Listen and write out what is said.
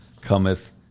cometh